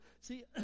See